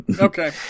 okay